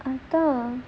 அதான்:athaan